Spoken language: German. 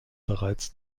bereits